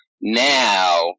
now